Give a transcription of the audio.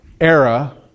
era